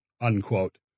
unquote